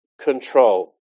control